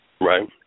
Right